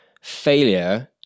failure